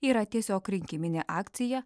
yra tiesiog rinkiminė akcija